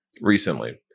recently